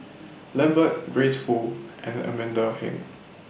Lambert Grace Fu and Amanda Heng